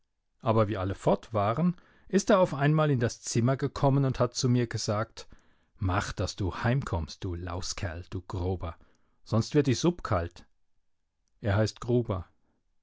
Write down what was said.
aber wie alle fort waren ist er auf einmal in das zimmer gekommen und hat zu mir gesagt mach daß du heimkommst du lauskerl du grober sonst wird die supp kalt er heißt gruber